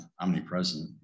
omnipresent